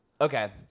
Okay